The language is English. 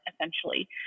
essentially